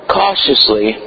cautiously